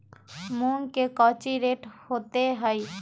मूंग के कौची रेट होते हई?